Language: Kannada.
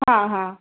ಹಾಂ ಹಾಂ